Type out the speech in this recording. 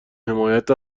حمایت